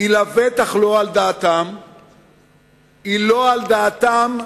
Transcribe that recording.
היא ודאי לא על דעתם,